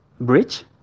bridge